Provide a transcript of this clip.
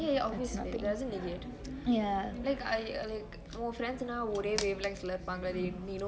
ya obviously like உன்:un friends னா ஒரே:naa ore wavelength ல இருப்பாங்க:le irupangge